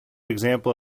example